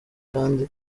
kandi